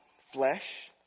flesh